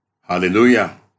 Hallelujah